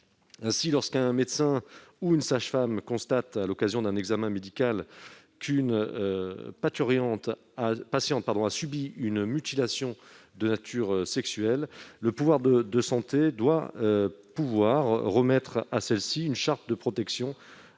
français. Lorsqu'un médecin ou une sage-femme constate à l'occasion d'un examen médical qu'une parturiente a subi une mutilation de nature sexuelle, le praticien de santé devrait pouvoir remettre à celle-ci une « charte de protection de